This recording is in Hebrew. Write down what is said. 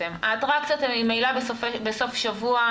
האטרקציות הן ממילא בסוף השבוע,